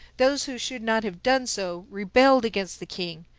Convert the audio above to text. those who should not have done so rebelled against the king,